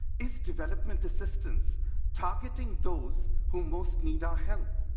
is development assistance targeting those who most need our help?